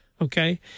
okay